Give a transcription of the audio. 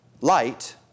light